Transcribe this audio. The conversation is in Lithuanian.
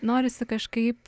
norisi kažkaip